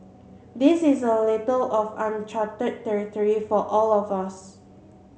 this is a little of uncharted territory for all of us